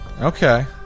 Okay